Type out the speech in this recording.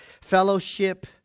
Fellowship